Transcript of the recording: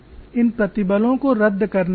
इन प्रतिबलों को रद्द करना होगा